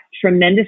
tremendous